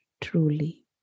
truly